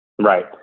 Right